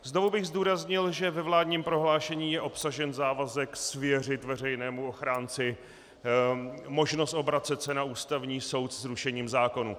Znovu bych zdůraznil, že ve vládním prohlášení je obsažen závazek svěřit veřejnému ochránci možnost obracet se na Ústavní soud s rušením zákonů.